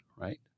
right